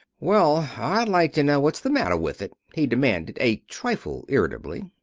well, i'd like to know what's the matter with it! he demanded, a trifle irritably.